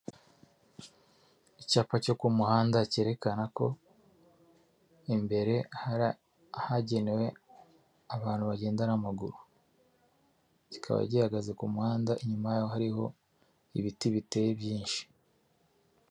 Icyapa cyo ku muhanda cyerekana ko imbere ahagenewe abantu bagenda n'amaguru, kikaba gihagaze ku muhanda inyuma y'aho hariho ibiti biteye byinshi.